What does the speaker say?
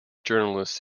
journalists